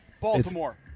Baltimore